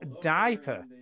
Diaper